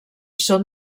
són